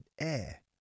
air